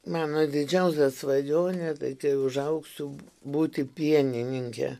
mano didžiausia svajonė kai užaugsiu būti pienininke